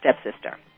stepsister